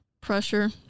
pressure